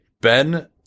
ben